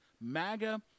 MAGA